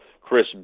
Chris